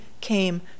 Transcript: came